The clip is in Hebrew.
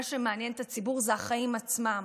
מה שמעניין את הציבור זה החיים עצמם,